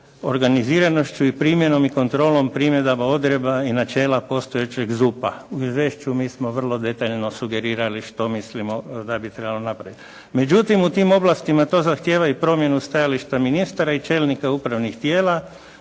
organiziranošću i primjenom i kontrolom primjedaba i odredba i načelom postojećeg ZUP-a. U izvješću mi smo vrlo detaljno sugerirali što mislimo da bi trebalo napraviti. Međutim u tim oblastima to zahtijeva i promjenu stajališta ministara i čelnika upravnih tijela